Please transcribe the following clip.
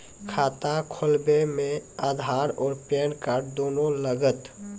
खाता खोलबे मे आधार और पेन कार्ड दोनों लागत?